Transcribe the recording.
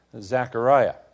Zechariah